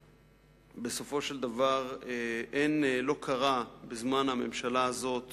בסופו של דבר, לא קרתה בזמן הקצר של הממשלה הזאת